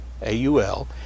A-U-L